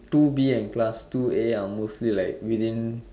two B and class two A are mostly like within